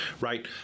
right